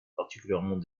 particulièrement